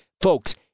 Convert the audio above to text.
Folks